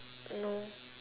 no